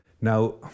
Now